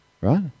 Right